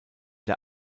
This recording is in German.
der